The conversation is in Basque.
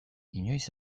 inoiz